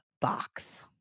box